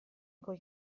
coi